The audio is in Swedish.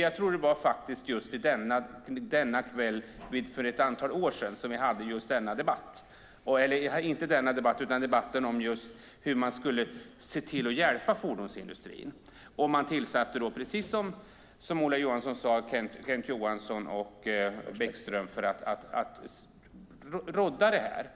Jag tror faktiskt att det var just denna kväll för ett antal år sedan som vi hade en debatt om hur man skulle se till att hjälpa fordonsindustrin. Man tillsatte då, precis som Ola Johansson sade, Kent Johansson och Bäckström för att rodda det.